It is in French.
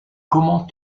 comment